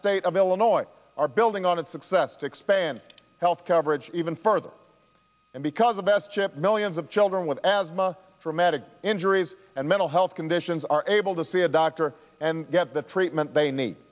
state of illinois are building on its success to expand health coverage even further because the best chip millions of children with asthma dramatic injuries and mental health conditions are able to see a doctor and get the treatment they need